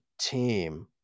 team